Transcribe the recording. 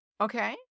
Okay